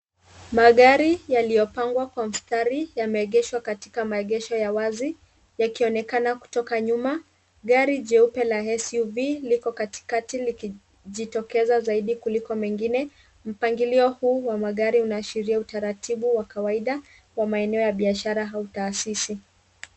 Magari yaliyopangwa kwa mstari yameegeshwa katika maegesho ya wazi yakionekana kutoka nyuma. Gari jeupe la SUV liko katikati likijitokeza zaidi kuliko mengine. Mpangilio huu wa magari unaashiria utaratibu wa kawaida wa maeneo ya biashara au taasisi.